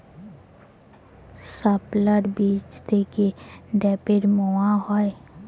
শাপলার বীজ থেকে ঢ্যাপের মোয়া হয়?